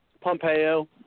Pompeo